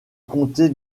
comté